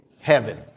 heaven